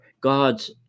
God's